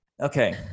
Okay